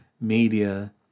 Media